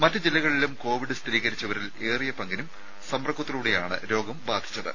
മറ്റു ജില്ലകളിലും കോവിഡ് സ്ഥിരീകരിച്ചവരിൽ ഏറിയ പങ്കിനും സമ്പർക്കത്തിലൂടെയാണ് രോഗംബാധിച്ചത്